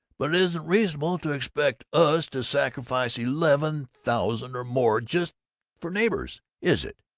but it isn't reasonable to expect us to sacrifice eleven thousand or more just for neighborliness, is it!